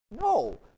No